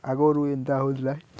ଆଗରୁ ଏମିତି ହେଉଥିଲା